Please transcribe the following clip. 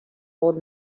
old